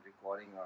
recording